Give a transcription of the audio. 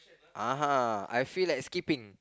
uh I feel like skipping